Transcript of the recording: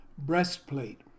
Breastplate